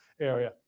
area